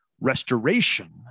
restoration